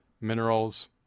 minerals